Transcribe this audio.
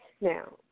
Now